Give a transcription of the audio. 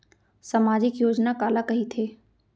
सामाजिक योजना काला कहिथे?